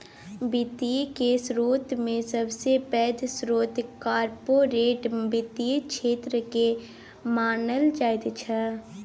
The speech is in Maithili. वित्त केर स्रोतमे सबसे पैघ स्रोत कार्पोरेट वित्तक क्षेत्रकेँ मानल जाइत छै